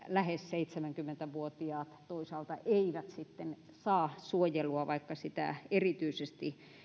lähes seitsemänkymmentä vuotiaat toisaalta eivät sitten saa suojelua vaikka sitä erityisesti